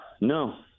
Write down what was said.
No